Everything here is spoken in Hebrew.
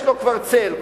יש לו כבר צל,